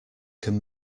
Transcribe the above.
can